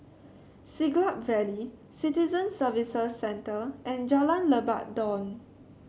Siglap Valley Citizen Services Centre and Jalan Lebat Daun